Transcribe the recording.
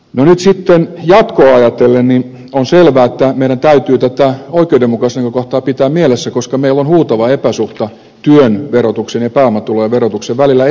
nyt sitten jatkoa ajatellen on selvää että meidän täytyy tämä oikeudenmukaisuusnäkökohta pitää mielessä koska meillä on huutava epäsuhta työn verotuksen ja pääomatulojen verotuksen välillä edelleenkin olemassa